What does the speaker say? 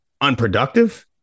unproductive